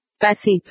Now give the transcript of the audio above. Passive